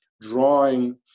drawing